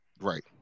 right